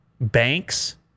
banks